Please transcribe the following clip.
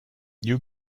you